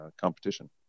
competition